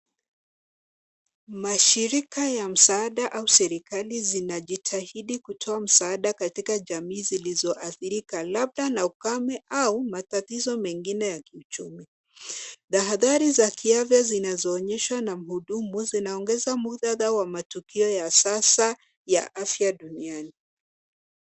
Mashirika ya msaada au serikali zinajitahidi kutoa msaada katika jamii zilizoathirika, labda na ukame ua matatizo mengine ya kiuchumi. Tahadhari za kiafya zinazoonyeshwa na mhudumu zinaongeza mkutadha wa matukio ya sasa ya afya duniani.